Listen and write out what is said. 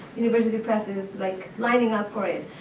university presses, like, lining up for it.